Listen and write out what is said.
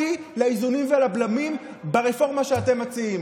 תפנה אותי לאיזונים ולבלמים ברפורמה שאתם מציעים.